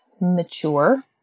mature